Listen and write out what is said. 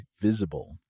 Visible